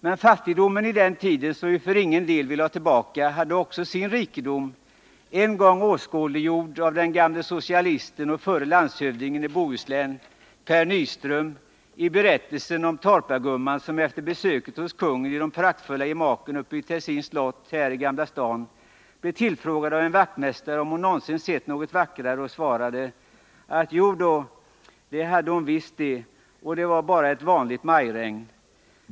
Men fattigdomen på den tiden, som vi för ingen del vill ha tillbaka, hade också sin rikedom, en gång åskådliggjord av den gamle socialisten och förre landshövdingen i Bohuslän Per Nyström i berättelsen om torpargumman som efter besöket hos kungen i de praktfulla gemaken uppe i Tessins slott här i Gamla stan blev tillfrågad av en vaktmästare om hon någonsin sett något vackrare och svarade att jodå, det hade hon visst det, och det var bara ett vanligt majregn.